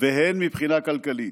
והן מבחינה כלכלית.